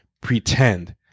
pretend